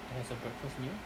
that has a breakfast meal